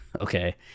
okay